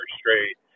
straight